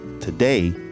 Today